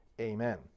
amen